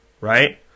right